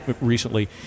recently